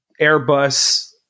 Airbus